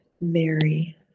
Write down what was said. Mary